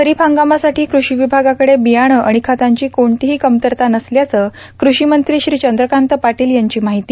खरीप हंगामासाठी क्रषी विभागाकडे बियाणं आणि खतांची कोणतीही कमतरता नसल्याची क्रषीमंत्री श्री चंद्रकांत पाटील यांची माहिती